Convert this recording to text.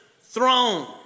throne